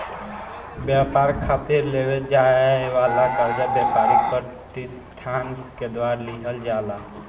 ब्यपार खातिर लेवे जाए वाला कर्जा ब्यपारिक पर तिसठान के द्वारा लिहल जाला